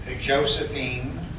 Josephine